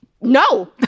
no